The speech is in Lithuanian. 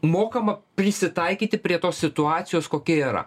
mokama prisitaikyti prie tos situacijos kokia yra